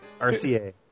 RCA